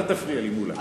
אל תפריע לי, מולה.